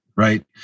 Right